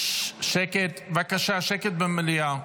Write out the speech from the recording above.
בבקשה, שקט במליאה.